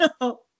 No